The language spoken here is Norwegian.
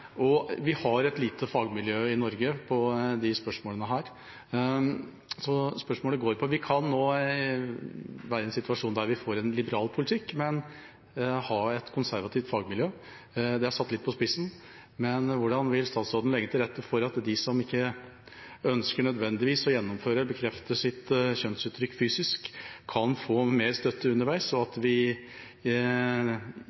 underveis. Vi har et lite fagmiljø i Norge i disse spørsmålene. Spørsmålet går på: Vi kan nå være i en situasjon der vi får en liberal politikk, men har et konservativt fagmiljø. Det er satt litt på spissen. Men hvordan vil statsråden legge til rette for at de som ikke nødvendigvis ønsker å gjennomføre det å bekrefte sitt kjønnsuttrykk fysisk, kan få mer støtte underveis, og for at